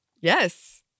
Yes